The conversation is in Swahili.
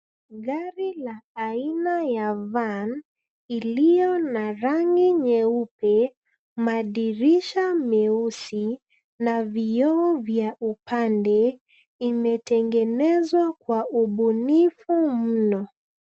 Gari la aina ya van iliyo na rangi nyeupe, madirisha meusi na vioo vya upande imetengezwa kwa ubunifu mno.